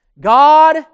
God